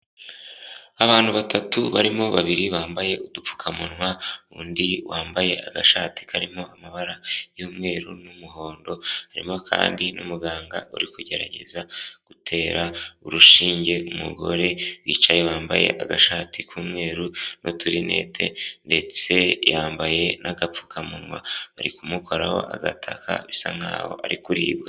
Abantu batatu barimo babiri bambaye udupfukamunwa, undi wambaye agashati karimo amabara y'umweru n'umuhondo, harimo kandi n'umuganga uri kugerageza gutera urushinge umugore wicaye wambaye agashati k'umweru n'Uturinete ndetse yambaye n'agapfukamunwa, bari kumukoraho agataka bisa nk'aho ari kuribwa.